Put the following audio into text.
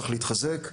צריך להתחזק,